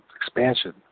Expansion